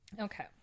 okay